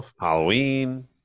Halloween